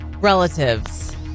Relatives